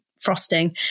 frosting